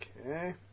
Okay